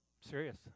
serious